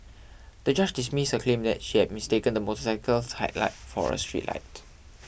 the judge dismissed her claim that she had mistaken the motorcycle's headlight for a street light